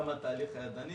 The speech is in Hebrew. גם התהליך הידני.